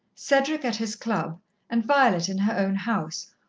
cedric at his club and violet in her own house,